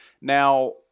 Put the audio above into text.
Now